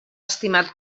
estimat